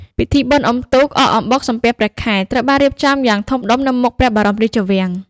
ពិធីបុណ្យអុំទូក អកអំបុក និងសំពះព្រះខែ ត្រូវបានរៀបចំយ៉ាងធំដុំនៅមុខព្រះបរមរាជវាំង។